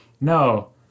No